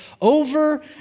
over